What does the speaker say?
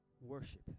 worship